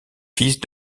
fils